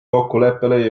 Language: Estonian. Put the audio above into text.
kokkuleppele